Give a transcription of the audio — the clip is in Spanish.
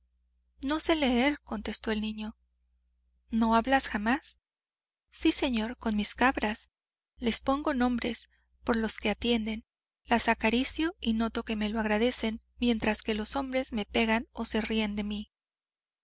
no sé leer contestó el niño no hablas jamás sí señor con mis cabras les pongo nombres por los que atienden las acaricio y noto que me lo agradecen mientras que los hombres me pegan o se ríen de mí